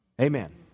Amen